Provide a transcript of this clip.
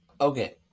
Okay